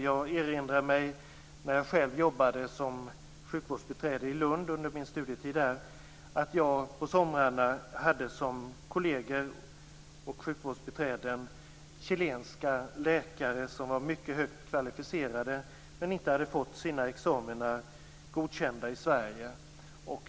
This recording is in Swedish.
Jag erinrar mig att när jag själv jobbade som sjukvårdsbiträde i Lund under min studietid där hade jag på somrarna chilenska läkare som kolleger. De var mycket högt kvalificerade men hade inte fått sina examina godkända i Sverige.